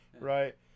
right